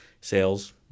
sales